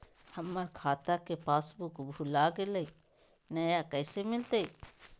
हमर खाता के पासबुक भुला गेलई, नया कैसे मिलतई?